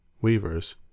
weavers